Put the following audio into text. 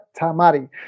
Tamari